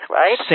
right